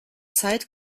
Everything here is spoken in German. zeit